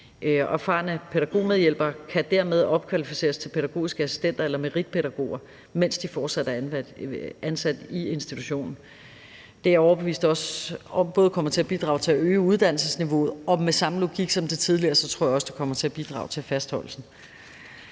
Erfarne pædagogmedhjælpere kan dermed opkvalificeres til pædagogiske assistenter eller meritpædagoger, mens de fortsat er ansat i institutionen. Det er jeg overbevist om kommer til at bidrage til at øge uddannelsesniveauet, og med samme logik som nævnt tidligere tror jeg også, det kommer til at bidrage til fastholdelsen.